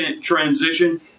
transition